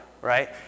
right